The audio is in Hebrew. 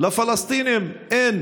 לפלסטינים אין